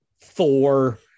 Thor